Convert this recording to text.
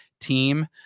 team